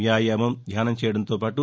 వ్యాయామం ధ్యానం చేయడంతో పాటు